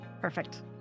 Perfect